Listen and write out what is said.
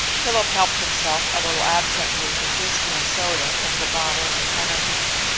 philip helped himself a little absently to whisky and soda from the bottle in front of him.